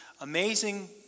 amazing